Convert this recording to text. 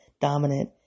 dominant